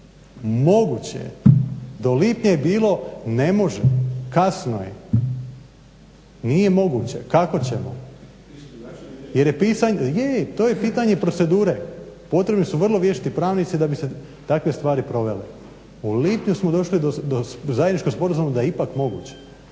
moguće je do lipnja je bilo, ne može, kasno je, nije moguće, kako ćemo. Jer je pisanje, je to je pitanje procedure, potrebni su vrlo vješti pravnici da bi se takve stvari provele. U lipnju smo došli do zajedničkog sporazuma da je ipak moguće